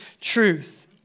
truth